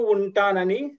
Untanani